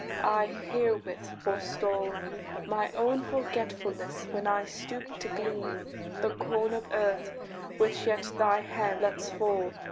i herewith forestall my own forgetfulness, when i stoop to glean the corn of earth which yet thy hand lets fall.